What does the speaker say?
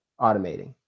automating